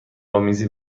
آمیزی